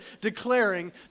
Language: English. declaring